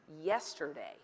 Yesterday